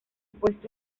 puesto